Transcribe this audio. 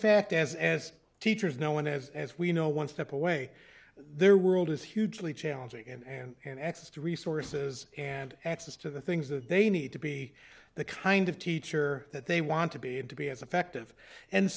fact as as teachers no one has as we know one step away their world is hugely challenging and access to resources and access to the things that they need to be the kind of teacher that they want to be and to be as effective and